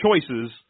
choices